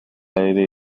aire